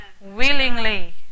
willingly